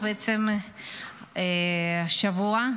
בעצם השבוע,